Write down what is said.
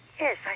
Yes